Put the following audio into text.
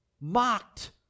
Mocked